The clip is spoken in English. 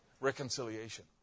reconciliation